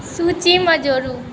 सूचीमे जोरु